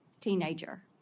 teenager